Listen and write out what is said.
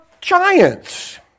giants